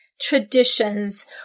traditions